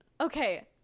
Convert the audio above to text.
okay